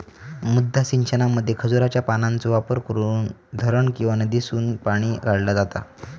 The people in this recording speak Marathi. मुद्दा सिंचनामध्ये खजुराच्या पानांचो वापर करून धरण किंवा नदीसून पाणी काढला जाता